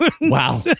Wow